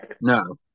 No